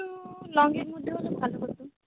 একটু লংয়ের মধ্যে হলে ভালো হতো